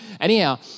Anyhow